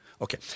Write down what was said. Okay